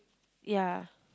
ya